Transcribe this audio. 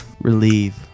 relieve